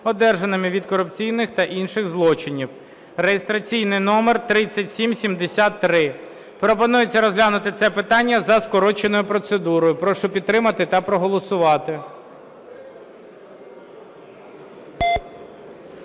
одержаними від корупційних та інших злочинів (реєстраційний номер 3773). Пропонується розглянути це питання за скороченою процедурою. Прошу підтримати та проголосувати.